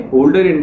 older